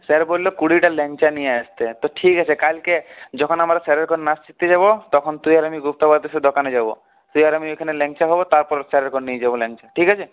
sir বলল কুড়িটা ল্যাংচা নিয়ে আসতে তো ঠিক আছে কালকে যখন আমরা স্যারের ঘর নাচ শিখতে যাব তখন তুই আর আমি গুপ্তা ব্রাদার্সের দোকানে যাব তুই আর আমি ওইখানে ল্যাংচা খাব তারপর স্যারের ঘর নিয়ে যাব ল্যাংচা ঠিক আছে